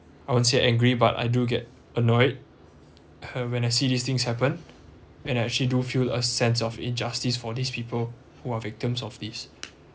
I won't say angry but I do get annoyed when I see these things happen when I actually do feel a sense of injustice for these people who are victims of this